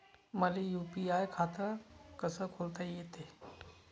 मले यू.पी.आय खातं कस खोलता येते?